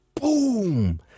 Boom